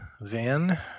van